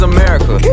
America